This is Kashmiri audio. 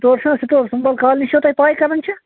فورشور سٹور سُمبل کالنی چھو تۄہہِ پے کتیٚن چھِ